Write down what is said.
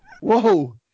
Whoa